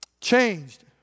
changed